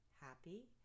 happy